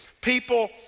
People